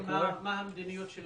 מעיין, בנושא הזה, מה המדיניות שלכם?